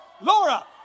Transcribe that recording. laura